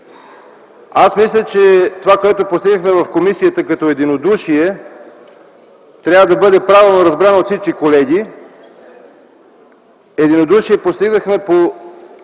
Мисля, че това, което постигнахме в комисията като единодушие, трябва да бъде правилно разбрано от всички колеги. Постигнахме